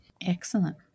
Excellent